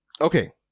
okay